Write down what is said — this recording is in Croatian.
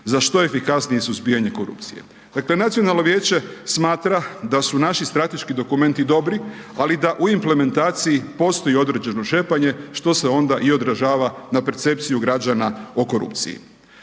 za što efikasnije suzbijanje korupcije. Dakle, nacionalno vijeće smatra da su naši strateški dokumenti dobri, ali da u implementaciji postoji određeno šepanje, što se onda i odražava na percepciju građana o korupciji.